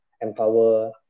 empower